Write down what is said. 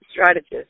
strategist